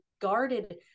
guarded